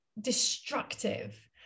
destructive